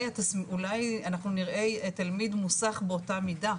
אולי אנחנו נראה תלמיד מוסח באותה מידה,